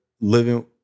living